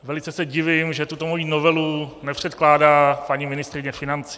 Velice se divím, že tuto moji novelu nepředkládá paní ministryně financí.